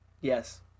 Yes